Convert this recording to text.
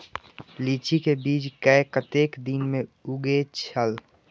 लीची के बीज कै कतेक दिन में उगे छल?